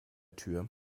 tür